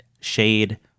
shade